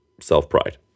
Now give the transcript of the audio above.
self-pride